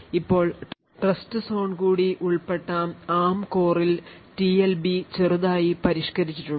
ഇപ്പോൾ ട്രസ്റ്റ്സോൺ കൂടി ഉൾപ്പെട്ട ARM കോറിൽ TLB ചെറുതായി പരിഷ്ക്കരിച്ചിട്ടുണ്ട്